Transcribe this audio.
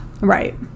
Right